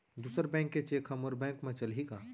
दूसर बैंक के चेक ह मोर बैंक म चलही का?